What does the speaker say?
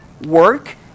work